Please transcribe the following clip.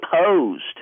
opposed